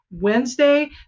Wednesday